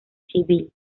civil